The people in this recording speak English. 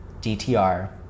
DTR